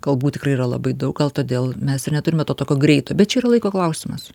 galbūt tikrai yra labai daug gal todėl mes ir neturime to tokio greito bet čia yra laiko klausimas